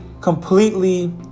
completely